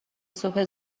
صبح